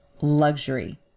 luxury